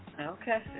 Okay